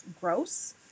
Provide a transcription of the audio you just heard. gross